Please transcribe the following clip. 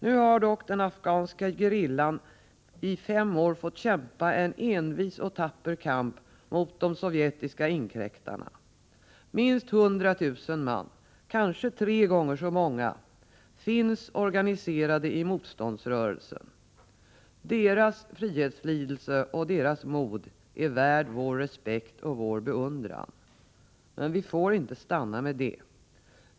Nu har dock den afghanska gerillan i fem år fått kämpa en envis och tapper kamp mot de sovjetiska inkräktarna. Minst 100 000 man, kanske tre gånger så många, finns organiserade i motståndsrörelsen. Deras frihetslidel se och deras mod är värd vår respekt och vår beundran. Men vi får inte stanna där.